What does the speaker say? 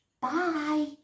Bye